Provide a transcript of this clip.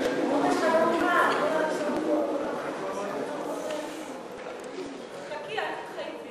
(תגמולים ושיקום) (תיקון מס' 28), התשע"ד 2013,